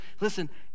Listen